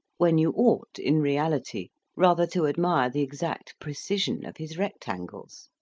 when you ought in reality rather to admire the exact precision of his rectangles?